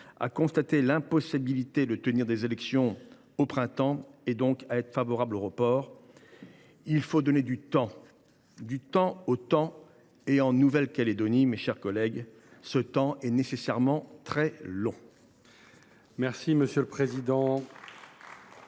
à constater l’impossibilité de tenir des élections et donc à être favorables au report. Il faut donner du temps au temps et, en Nouvelle Calédonie, mes chers collègues, ce temps est nécessairement très long. La parole est